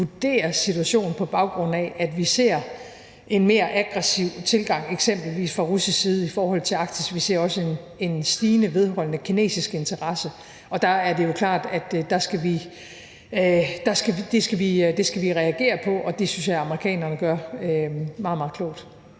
vurdere situationen på baggrund af, at vi ser en mere aggressiv tilgang, eksempelvis fra russisk side, i forhold til Arktis. Vi ser også en stigende og vedholdende kinesisk interesse. Og det er jo klart, at det skal vi reagere på, og det synes jeg amerikanerne gør meget, meget klogt.